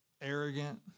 arrogant